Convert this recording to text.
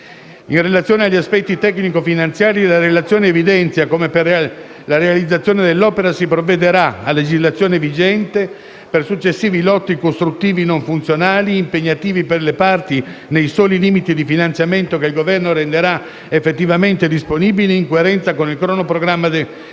In relazione agli aspetti tecnico-finanziari, la relazione evidenzia come per la realizzazione dell'opera si provvederà, a legislazione vigente, per successivi lotti costruttivi non funzionali, impegnativi per le Parti nei soli limiti di finanziamento che il Governo renderà effettivamente disponibili, in coerenza con il cronoprogramma dei lavori.